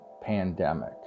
pandemic